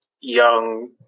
young